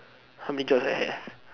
how many jobs I have